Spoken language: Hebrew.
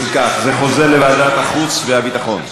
אם כך, זה חוזר לוועדת החוץ והביטחון.